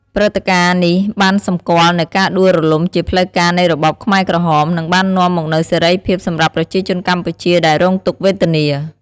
ព្រឹត្តិការណ៍នេះបានសម្គាល់នូវការដួលរលំជាផ្លូវការនៃរបបខ្មែរក្រហម និងបាននាំមកនូវសេរីភាពសម្រាប់ប្រជាជនកម្ពុជាដែលរងទុក្ខវេទនា។